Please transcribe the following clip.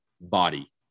body